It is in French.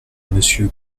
monsieur